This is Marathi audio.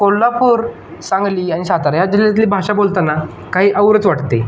कोल्हापूर सांगली आणि सातारा जिल्ह्यातली भाषा बोलताना काही औरच वाटते